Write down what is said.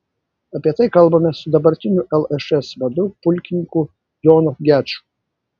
apie tai kalbamės su dabartiniu lšs vadu pulkininku jonu geču